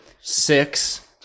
Six